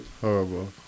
Horrible